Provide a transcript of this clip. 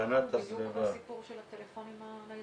הפתרון הוא בדיוק כמו הסיפור של הטלפונים הניידים,